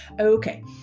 Okay